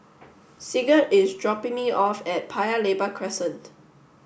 Sigurd is dropping me off at Paya Lebar Crescent